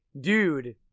dude